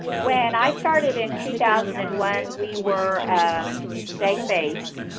when i started in two thousand and one, we were seg-based,